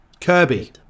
Kirby